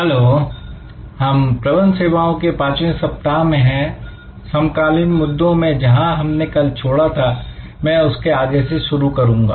hello हम प्रबंध सेवाओं के पांचवें सप्ताह में हैं समकालीन मुद्दों में जहां हमने कल छोड़ा था मैं उसके आगे से शुरू करूंगा